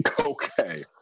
Okay